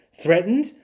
threatened